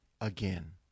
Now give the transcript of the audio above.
again